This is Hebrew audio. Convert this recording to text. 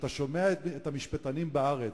וכשאתה שומע את המשפטנים בארץ,